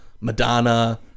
Madonna